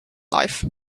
life